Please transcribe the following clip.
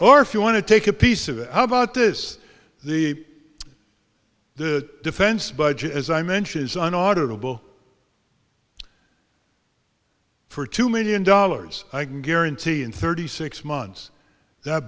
or if you want to take a piece of it how about this the the defense budget as i mentioned is an auditor will for two million dollars i can guarantee in thirty six months that